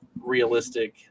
realistic